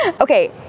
Okay